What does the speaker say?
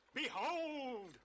Behold